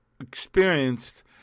experienced